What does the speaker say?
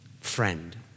friend